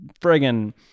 friggin